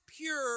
pure